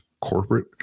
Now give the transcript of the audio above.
corporate